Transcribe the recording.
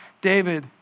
David